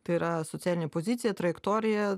tai yra socialinę poziciją trajektoriją